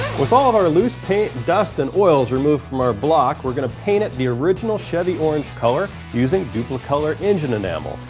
with all of our loose paint, dust and oils removed from our block we're going to paint it the original chevy orange color using duplicolor engine enamel,